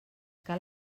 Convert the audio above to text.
cal